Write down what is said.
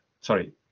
sorry